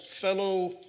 fellow